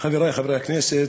חברי חברי הכנסת,